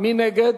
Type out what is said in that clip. מי נגד?